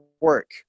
work